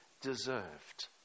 deserved